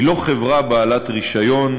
היא לא חברה בעלת רישיון,